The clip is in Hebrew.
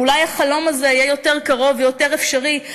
ואולי החלום הזה יהיה יותר קרוב ויותר אפשרי,